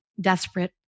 desperate